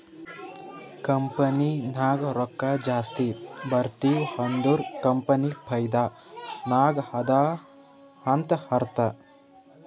company ನಾಗ್ ರೊಕ್ಕಾ ಜಾಸ್ತಿ ಬರ್ತಿವ್ ಅಂದುರ್ ಕಂಪನಿ ಫೈದಾ ನಾಗ್ ಅದಾ ಅಂತ್ ಅರ್ಥಾ